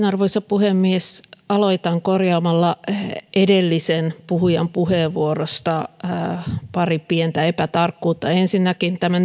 arvoisa puhemies aloitan korjaamalla edellisen puhujan puheenvuorosta pari pientä epätarkkuutta ensinnäkin tämä